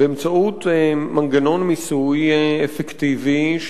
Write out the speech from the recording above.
באמצעות מנגנון מיסוי אפקטיבי,